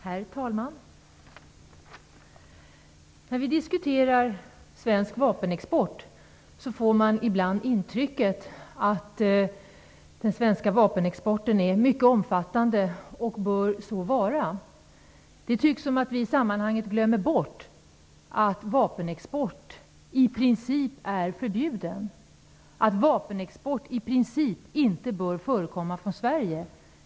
Herr talman! När vi diskuterar svensk vapenexport får man ibland intrycket att den svenska vapenexporten är mycket omfattande och bör så vara. Det tycks som att vi i sammanhanget glömmer bort att vapenexport i princip är förbjuden, att vapenexport i princip inte bör förekomma i Sverige.